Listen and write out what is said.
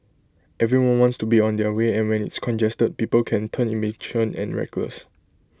everyone wants to be on their way and when it's congested people can turn impatient and reckless